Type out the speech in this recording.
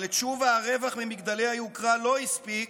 אבל לתשובה הרווח ממגדלי היוקרה לא הספיק,